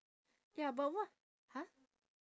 ya but what !huh!